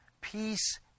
Peace